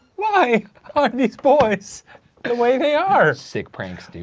why are these boys the way they are? sick pranks, dude.